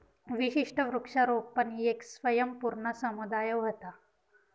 विशिष्ट वृक्षारोपण येक स्वयंपूर्ण समुदाय व्हता